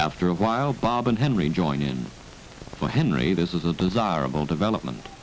after a while bob and henry join in for henry this is a desirable development